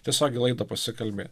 tiesiog į laidą pasikalbėt